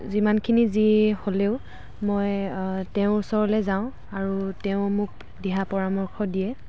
যিমানখিনি যি হ'লেও মই তেওঁৰ ওচৰলে যাওঁ আৰু তেওঁ মোক দিহা পৰামৰ্শ দিয়ে